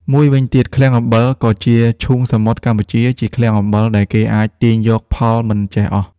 មួយវិញទៀតឃ្លាំងអំបិល ក៏ជាឈូងសមុទ្រកម្ពុជាជាឃ្លាំងអំបិលដែលគេអាចទាញយកផលមិនចេះអស់។